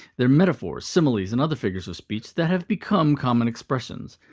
they're metaphors, similes, and other figures of speech that have become common expressions.